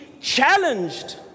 challenged